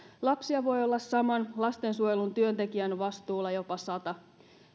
lapsia voi olla saman lastensuojelun työntekijän vastuulla jopa sata